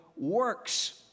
works